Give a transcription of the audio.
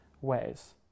ways